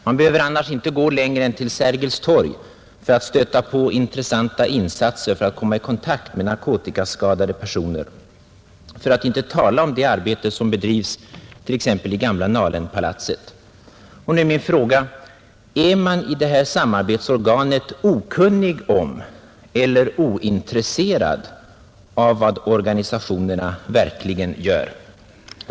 Man behöver annars inte gå längre än till Sergels torg för att stöta på intressanta insatser i syfte att komma i kontakt med narkotikaskadade personer. För att inte tala om det arbete som bedrivs t.ex. i gamla Nalenpalatset. Nu är min fråga: Är man i det här samarbetsorganet okunnig om eller ointresserad av vad organisationerna verkligen gör?